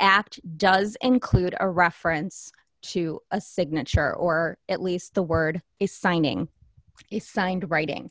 act does include a reference to a signature or at least the word is signing a signed writing